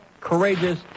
courageous